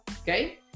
Okay